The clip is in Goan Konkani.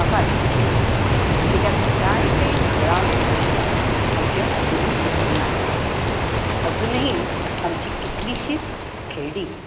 म्हाका अशें दिसना कित्याक जाय ते मुळावे प्रस्न आमचे अजुनूय सुटूंक ना अजुनूय आमची कितलींशीच खेडीं